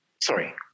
Sorry